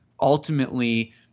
ultimately